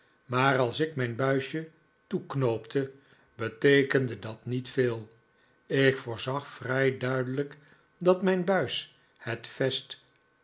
maar als ik mijn buisje toeknoopte beteekende dat niet veel ik voorzag vrij duidelijk dat mijn buis het vest